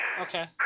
Okay